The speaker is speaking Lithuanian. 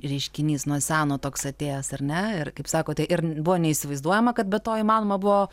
reiškinys nuo seno toks atėjęs ar ne ir kaip sakote ir buvo neįsivaizduojama kad be to įmanoma buvo